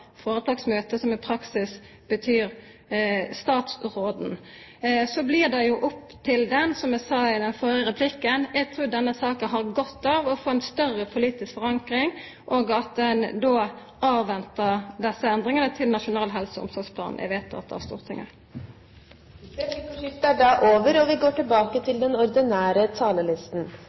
føretaksmøtet, noko som i praksis betyr statsråden. Så blir det opp til dei, som eg sa i den førre svarreplikken. Eg trur denne saka har godt av å få ei større politisk forankring, og at ein avventar desse endringane til Nasjonal helse- og omsorgsplan er vedteken av Stortinget. Replikkordskiftet er over. Jeg vil gjerne begynne med å sitere fra Statistisk sentralbyrås bok «På liv og